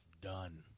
done